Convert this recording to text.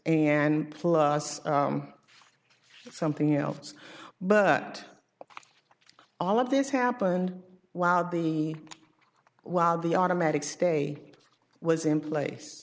and plus something else but all of this happened while the while the automatic stay was in place